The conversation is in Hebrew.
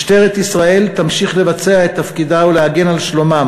משטרת ישראל תמשיך לבצע את תפקידה ולהגן על שלומם